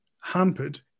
hampered